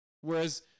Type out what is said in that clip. Whereas